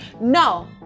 No